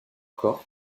corps